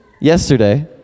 yesterday